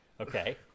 okay